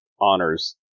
Honor's